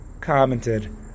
commented